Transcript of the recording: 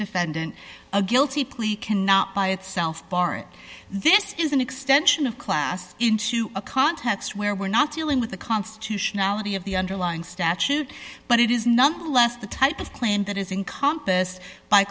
defendant a guilty plea cannot by itself bar it this is an extension of class into a context where we're not dealing with the constitutionality of the underlying statute but it is nonetheless the type of claim that is in compas by